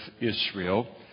Israel